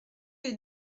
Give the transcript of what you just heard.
est